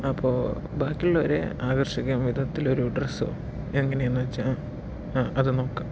അപ്പോൾ ബാക്കിയുള്ളവരെ ആകർഷിക്കും വിധത്തിലൊരു ഡ്രെസ്സോ എങ്ങനെയെന്ന് വെച്ചാൽ ആ അത് നോക്കാം